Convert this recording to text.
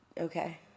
Okay